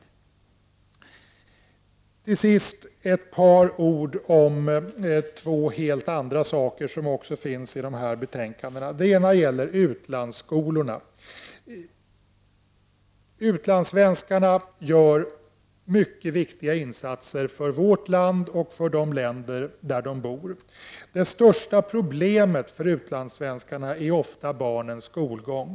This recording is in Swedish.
Jag vill till sist säga ett par ord om två helt andra saker som också behandlas i dessa betänkanden. Det ena gäller utlandsskolorna. Utlandssvenskarna gör mycket viktiga insatser för vårt land och för de länder där de bor. Det största problemet för utlandssvenskarna är ofta barnens skolgång.